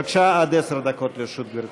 בבקשה, עד עשר דקות לרשות גברתי.